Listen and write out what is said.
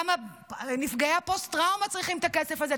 כמה נפגעי הפוסט-טראומה צריכים את הכסף הזה.